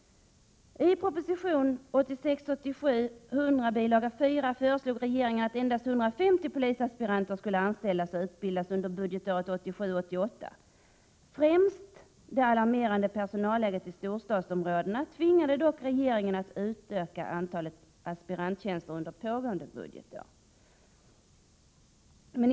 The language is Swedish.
I proposition 1986 88. Främst det alarmerande personalläget i storstadsområdena tvingade dock regeringen att utöka antalet aspiranttjänster under pågående budgetår.